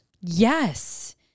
Yes